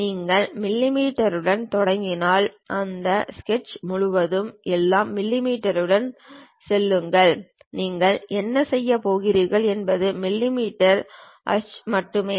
நீங்கள் மிமீ உடன் தொடங்கினால் அந்த ஸ்கெட்ச் முழுவதும் எல்லாம் மிமீ உடன் செல்லுங்கள் நீங்கள் என்ன செய்யப் போகிறீர்கள் என்பது மிமீ ஆஹ் மட்டுமே